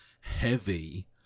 heavy